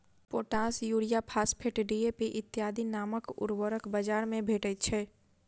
potash, urea, phosphate, DAP इत्यादि नामक उर्वरक बाजार मे भेटैत छै